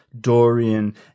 Dorian